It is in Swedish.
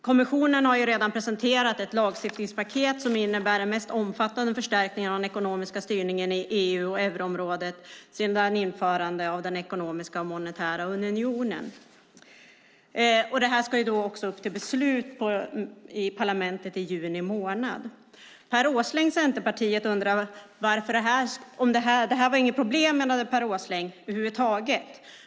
Kommissionen har redan presenterat ett lagstiftningspaket som innebär den mest omfattande förstärkningen av den ekonomiska styrningen i EU och euroområdet sedan införandet av den ekonomiska monetära unionen. Detta ska också upp till beslut i parlamentet i juni. Det här är över huvud taget inget problem, menade Per Åsling.